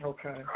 Okay